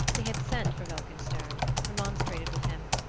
they had sent for welkenstern, remonstrated with him,